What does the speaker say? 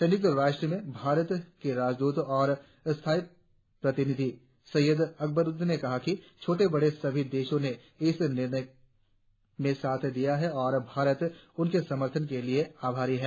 संयुक्त राष्ट्र में भारत के राजदूत और स्थायी प्रतिनिधि सैयद अकबरुद्दीन ने कहा कि छोटे बड़े सभी देशों ने इस निर्णय में साथ दिया है और भारत उनके समर्थन के लिए आभारी है